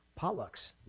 Potlucks